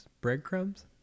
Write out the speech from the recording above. Breadcrumbs